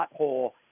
pothole